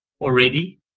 already